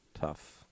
Tough